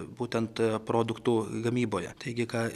būtent produktų gamyboje taigi ką